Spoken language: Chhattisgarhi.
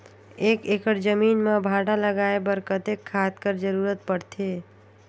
एक एकड़ जमीन म भांटा लगाय बर कतेक खाद कर जरूरत पड़थे?